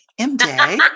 MJ